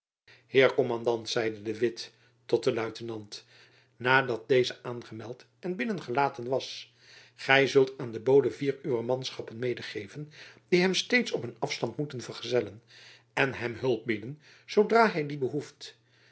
kommandant zeide de witt tot den lutenant nadat deze aangemeld en binnen gelaten was gy zult aan den bode vier uwer manschappen medegeven die hem steeds op een afstand moeten vergezellen en hem hulp bieden zoodra hy die